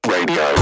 Radio